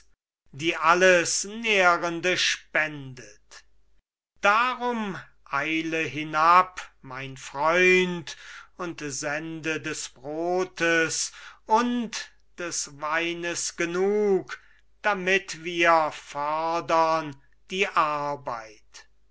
die alles nährende spendet darum eile hinab mein freund und sende des brotes und des weines genug damit wir fördern die arbeit